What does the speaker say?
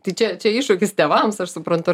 tai čia čia iššūkis tėvams aš suprantu